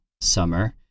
summer